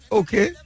okay